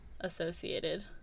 associated